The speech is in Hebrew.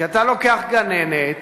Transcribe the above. כי אתה לוקח גננת